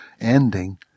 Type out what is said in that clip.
ending